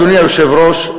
אדוני היושב-ראש,